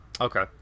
okay